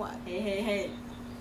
ya I mean